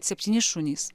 septyni šunys